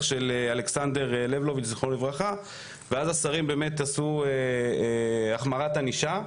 של אלכסנדר לבלוביץ' ז"ל ואז השרים באמת עשו החמרת ענישה,